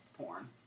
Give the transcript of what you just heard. porn